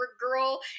girl